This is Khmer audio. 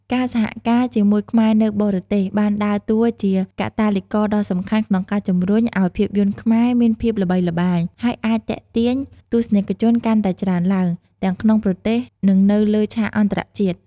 ការសហការជាមួយខ្មែរនៅបរទេសបានដើរតួជាកាតាលីករដ៏សំខាន់ក្នុងការជំរុញឱ្យភាពយន្តខ្មែរមានភាពល្បីល្បាញ ហើយអាចទាក់ទាញទស្សនិកជនកាន់តែច្រើនឡើង ទាំងក្នុងប្រទេស និងនៅលើឆាកអន្តរជាតិ។